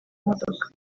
modoka